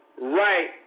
right